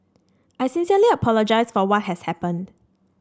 I sincerely apologise for what has happened